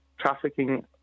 trafficking